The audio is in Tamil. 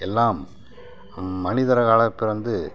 எல்லாம் மனிதர்களாக பிறந்து